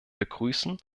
begrüßen